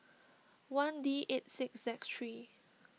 one D eight six Z three